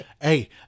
Hey